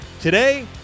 Today